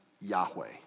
Yahweh